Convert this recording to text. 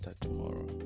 tomorrow